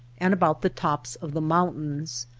and about the tops of the mountains.